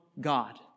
God